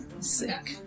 Sick